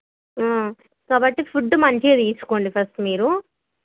కాబట్టి ఫుడ్డు మంచిగా తీసుకోండి ఫస్ట్ మీరు